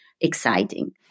exciting